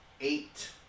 eight